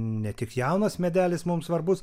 ne tik jaunas medelis mums svarbus